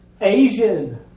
Asian